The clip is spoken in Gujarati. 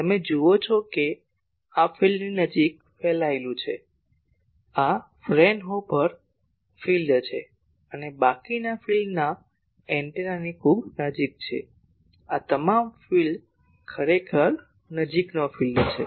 તમે જુઓ છો કે આ ફિલ્ડની નજીક ફેલાયેલું છે આ ફ્રેનહોફર વિસ્તાર છે અને બાકીના વિસ્તાર એન્ટેનાની ખૂબ નજીક છે આ તમામ ફિલ્ડ ખરેખર નજીકનો ફિલ્ડ છે